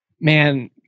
Man